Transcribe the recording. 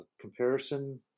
comparison